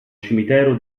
cimitero